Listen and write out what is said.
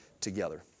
together